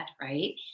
right